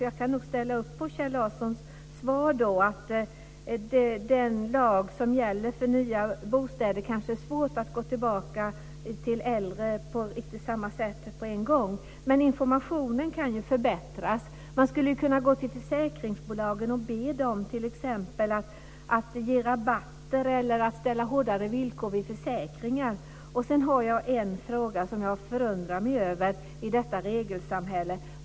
Jag kan ställa upp på Kjell Larssons svar, att det är svårt att låta den lag som gäller för nya bostäder gälla äldre bostäder på en gång. Men informationen kan förbättras. Man skulle t.ex. kunna be försäkringsbolagen att ge rabatter eller ställa hårdare villkor vid försäkringar. Sedan är det en sak som jag förundrar mig över, i detta regelsamhälle.